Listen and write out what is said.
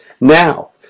now